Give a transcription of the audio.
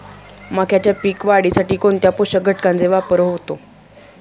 मक्याच्या पीक वाढीसाठी कोणत्या पोषक घटकांचे वापर होतो?